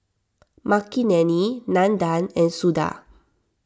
Makineni Nandan and Suda